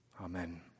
Amen